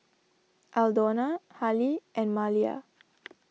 Aldona Hali and Maliyah